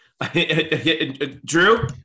Drew